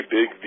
Big